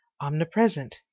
omnipresent